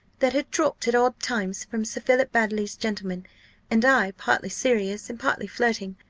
that had dropped at odd times from sir philip baddely's gentleman and i, partly serious and partly flirting,